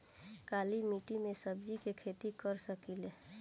काली मिट्टी में सब्जी के खेती कर सकिले?